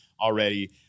already